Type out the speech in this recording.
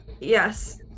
Yes